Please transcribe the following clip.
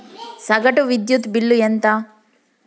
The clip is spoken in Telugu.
సగటు విద్యుత్ బిల్లు ఎంత?